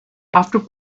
after